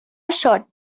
short